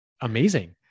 amazing